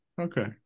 Okay